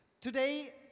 Today